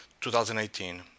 2018